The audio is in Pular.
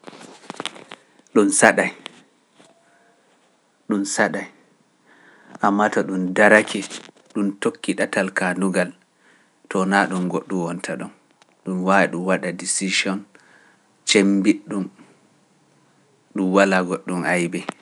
ɗum saɗay ɗum saɗay amma to ɗum daraki ɗum tokki ɗatal kaandugal toona ɗum goɗɗo wonta ɗum ɗum waa waɗa décision cemmbiɗ ɗum ɗum walaa goɗɗum aybe.